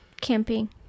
camping